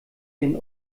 den